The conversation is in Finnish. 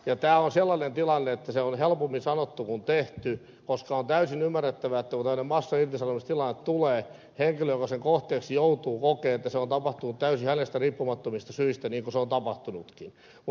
tämä on sellainen tilanne että se on helpommin sanottu kuin tehty koska on täysin ymmärrettävää että kun tällainen massairtisanomistilanne tulee henkilö joka sen kohteeksi joutuu kokee että se on tapahtunut täysin hänestä riippumattomista syistä niin kuin se on tapahtunutkin